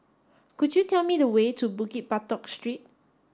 could you tell me the way to Bukit Batok Street